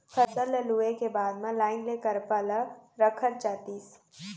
फसल ल लूए के बाद म लाइन ले करपा ल रखत जातिस